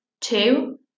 Two